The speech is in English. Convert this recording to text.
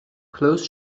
close